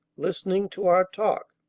listening to our talk.